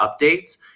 updates